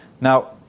Now